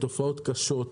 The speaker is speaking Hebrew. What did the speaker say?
אלה תופעות קשות,